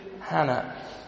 Hannah